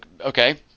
okay